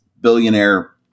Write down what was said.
billionaire